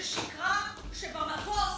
ששיקרה שבמטוס,